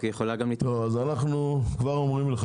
אז אנחנו כבר עוברים לך,